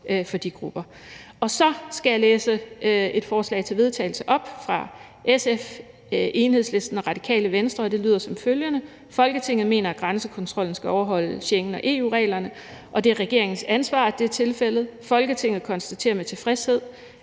Jeg skal så læse et forslag til vedtagelse op fra SF, Enhedslisten og Radikale Venstre, og det lyder som følger: Forslag til vedtagelse »Folketinget mener, at grænsekontrollen skal overholde Schengen- og EU-reglerne, og at det er regeringens ansvar, at det er tilfældet. Folketinget konstaterer med tilfredshed,